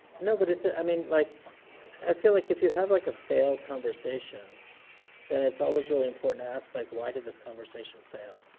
know but it's ah i mean like i feel like if you have like a failed conversation then it's always really important to ask like why did this conversation fail?